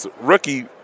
rookie